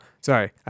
sorry